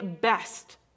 best